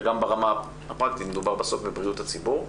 וגם ברמה הפרקטית מדובר בסוף בבריאות הציבור.